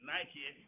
Nike